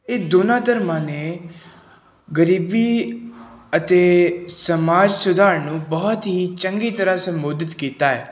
ਇਹ ਦੋਨਾਂ ਧਰਮਾਂ ਨੇ ਗਰੀਬੀ ਅਤੇ ਸਮਾਜ ਸੁਧਾਰ ਨੂੰ ਬਹੁਤ ਹੀ ਚੰਗੀ ਤਰ੍ਹਾਂ ਸੰਬੋਧਿਤ ਕੀਤਾ